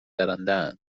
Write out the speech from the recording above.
درندهاند